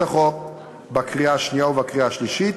החוק בקריאה השנייה ובקריאה השלישית